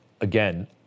again